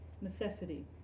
necessity